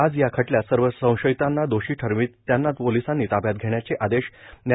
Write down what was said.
आज या खटल्यात सर्व संशयितांना दोषी ठरवीत त्यांना पोलिसांनी ताब्यात घेण्याचे आदेश न्या